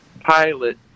pilot